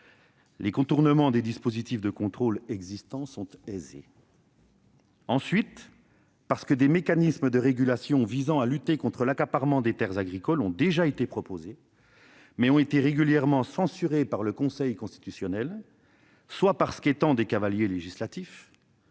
de contourner les dispositifs de contrôle en vigueur. Ensuite, si des mécanismes de régulation visant à lutter contre l'accaparement des terres agricoles ont déjà été proposés, ils ont régulièrement été censurés par le Conseil constitutionnel, soit parce qu'il s'agissait de cavaliers législatifs